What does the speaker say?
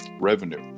revenue